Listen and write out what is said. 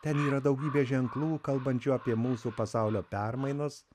ten yra daugybė ženklų kalbančių apie mūsų pasaulio permainas